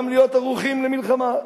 גם להיות ערוכים למלחמה.